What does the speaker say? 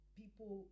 people